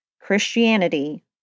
Christianity